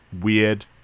weird